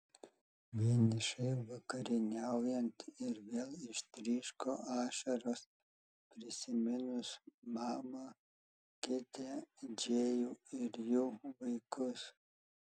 vienišai vakarieniaujant ir vėl ištryško ašaros prisiminus mamą kitę džėjų ir jų vaikus